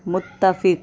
متفق